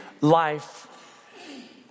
life